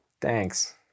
Thanks